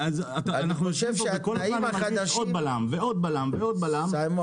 אז אנחנו יושבים פה וכל הזמן אני מרגיש עוד בלם ועוד בלם ועוד בלם.